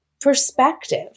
perspective